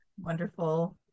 wonderful